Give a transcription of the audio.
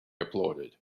applauded